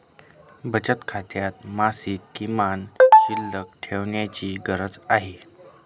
बचत खात्यात मासिक किमान शिल्लक ठेवण्याची गरज नाही